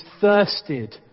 thirsted